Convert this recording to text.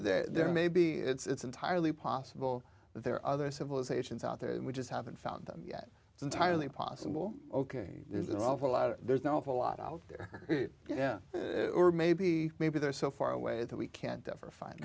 mean there may be it's entirely possible that there are other civilizations out there and we just haven't found them yet it's entirely possible ok there's an awful lot of there's no if a lot out there yeah maybe maybe there are so far away that we can't ever find